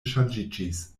ŝanĝiĝis